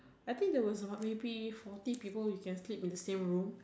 I think there was like maybe forty people you can sleep in the same room